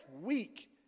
week